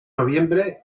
noviembre